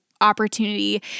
opportunity